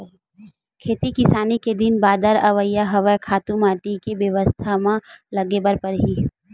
खेती किसानी के दिन बादर अवइया हवय, खातू माटी के बेवस्था म लगे बर परही